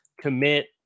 commit